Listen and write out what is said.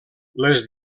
les